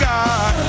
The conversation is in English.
God